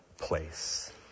place